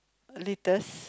latest